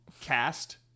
cast